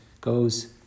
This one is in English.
goes